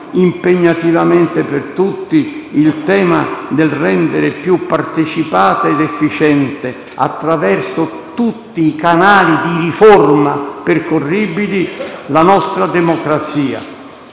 impegnativamente per tutti, il tema del rendere più partecipata ed efficiente, attraverso tutti i canali di riforma percorribili, la nostra democrazia.